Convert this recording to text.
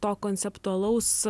to konceptualaus